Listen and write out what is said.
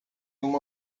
uma